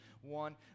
One